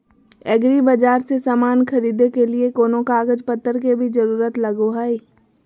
एग्रीबाजार से समान खरीदे के लिए कोनो कागज पतर के भी जरूरत लगो है?